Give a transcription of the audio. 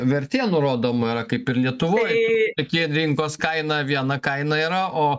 vertė nurodoma yra kaip ir lietuvoj tik rinkos kaina viena kaina yra o